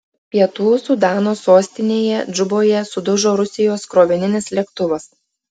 pietų sudano sostinėje džuboje sudužo rusijos krovininis lėktuvas